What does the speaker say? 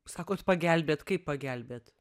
sakot pagelbėt kaip pagelbėt